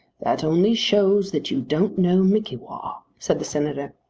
that only shows that you don't know mickewa, said the senator.